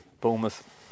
Bournemouth